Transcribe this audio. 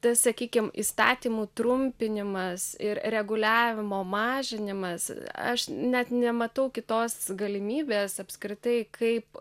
tai sakykim įstatymų trumpinimas ir reguliavimo mažinimas aš net nematau kitos galimybės apskritai kaip